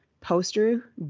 poster